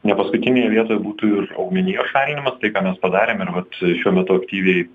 ne paskutinėje vietoje būtų ir augmenijos šalinimas tai ką mes padarėm ir vat šiuo metu aktyviai